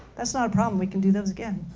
that's not a problem. we can do those again.